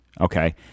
Okay